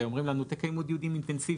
ואומרים לנו: תקיימו דיונים אינטנסיביים.